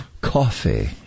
Coffee